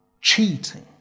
cheating